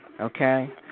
okay